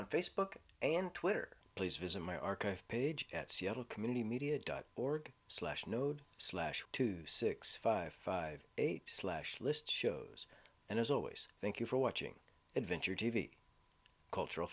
on facebook and twitter please visit my archive page at seattle community media dot org slash node slash two six five five eight slash list shows and as always thank you for watching adventure t v cultural